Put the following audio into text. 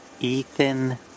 Ethan